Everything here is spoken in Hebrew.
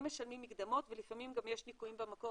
הם משלמים מקדמות ולפעמים גם יש ניכויים במקור,